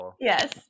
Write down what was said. Yes